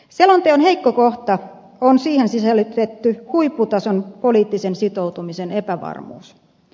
selonteon heikko kohta on siihen sisällytetty huipputason poliittisen sitoutumisen epävarmuus